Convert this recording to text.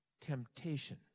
temptation